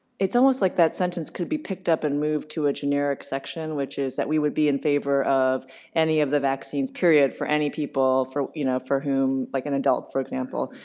it's almost like that sentence could be picked up and moved to a generic section, which is that we would be in favor of any of the vaccines period for any people for you know for whom, like an adult for example,